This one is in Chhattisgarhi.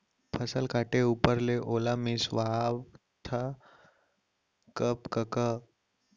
फसल काटे ऊपर ले ओला मिंसवाथा कब कका?